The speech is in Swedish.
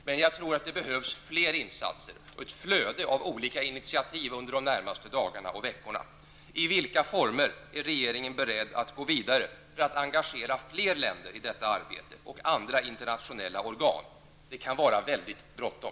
Jag tror dock att det behövs fler insatser och ett flöde av olika initiativ under de närmaste dagarna och veckorna. I vilka former är regeringen beredd att gå vidare för att engagera fler länder och andra internationella organ i detta arbete? Det kan vara mycket bråttom.